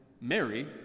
Mary